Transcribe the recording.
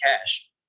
cash